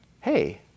Hey